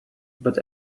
but